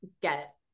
get